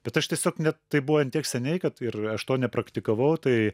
bet aš tiesiog ne tai buvo ant tiek seniai kad ir aš to nepraktikavau tai